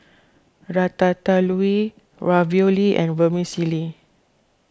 Ratatouille Ravioli and Vermicelli